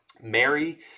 Mary